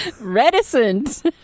Reticent